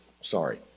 sorry